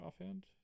Offhand